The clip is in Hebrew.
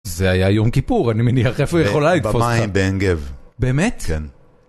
זה היה יום כיפור, אני מניח איפה יכולה לתפוס... במים, בעין גב. באמת? כן.